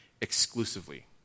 exclusively